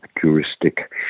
juristic